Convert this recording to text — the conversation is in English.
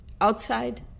outside